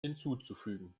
hinzuzufügen